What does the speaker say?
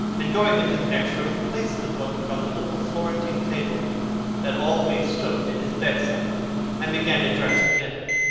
and going into the next room, placed the book on the little florentine table that always stood at his bedside and began to dress for dinner.